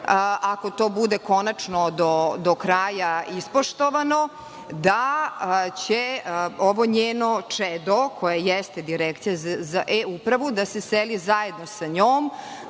ako to bude konačno do kraja ispoštovano, da će ovo njeno čedo, koje jeste Direkcija za E-upravu, da se seli zajedno sa njom,